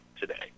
today